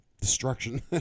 destruction